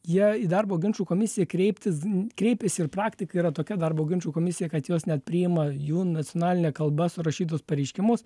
jie į darbo ginčų komisiją kreiptis kreipiasi ir praktika yra tokia darbo ginčų komisijoj kad juos net priima jų nacionaline kalba surašytus pareiškimus